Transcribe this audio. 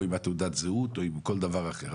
עם תעודת הזהות או כל דבר אחר,